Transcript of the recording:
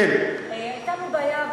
הייתה לנו בעיה,